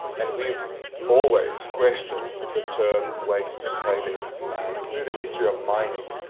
and we've always questioned the term waste and tailings. and through the history of mining,